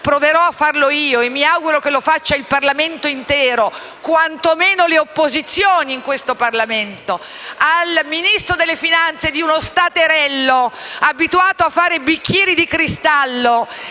proverò a farlo io e mi auguro che lo faccia il Parlamento intero, quantomeno le forze di opposizione. Ricordo al Ministro delle finanze di uno staterello abituato a fare bicchieri di cristallo